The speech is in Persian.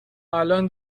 الان